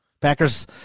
Packers